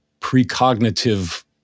precognitive